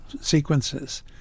sequences